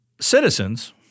citizens